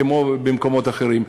כמו במקומות אחרים.